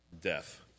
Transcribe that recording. Death